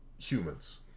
humans